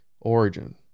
origin